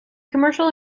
commercial